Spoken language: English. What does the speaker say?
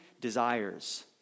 desires